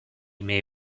may